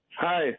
Hi